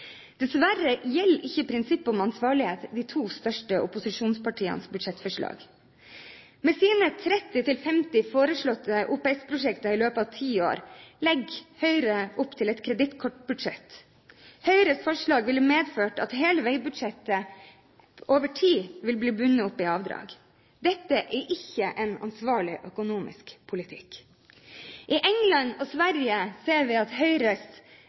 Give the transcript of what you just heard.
Dessverre gjelder ikke prinsippet om ansvarlighet de to største opposisjonspartienes budsjettforslag. Med sine 30–50 foreslåtte OPS-prosjekter i løpet av ti år legger Høyre opp til et kredittkortbudsjett. Høyres forslag ville medført at hele veibudsjettet over tid ville bli bundet opp i avdrag. Dette er ikke en ansvarlig økonomisk politikk. I Storbritannia og Sverige ser vi at Høyres